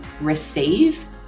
receive